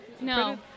No